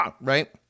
right